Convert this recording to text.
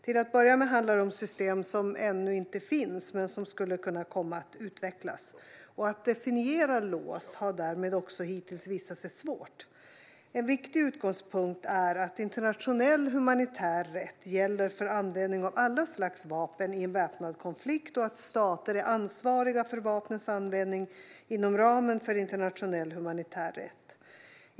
Till att börja med handlar det om system som ännu inte finns men som skulle kunna komma att utvecklas. Att definiera LAWS har därmed också hittills visat sig svårt. En viktig utgångspunkt är att internationell humanitär rätt gäller för användning av alla slags vapen i en väpnad konflikt och att stater är ansvariga för vapnens användning inom ramen för internationell humanitär rätt.